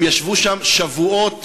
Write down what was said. הם ישבו שם שבועות